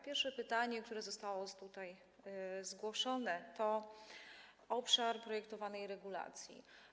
Pierwsze pytanie, które zostało tutaj zgłoszone, dotyczyło obszaru projektowanej regulacji.